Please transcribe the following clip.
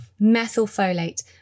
methylfolate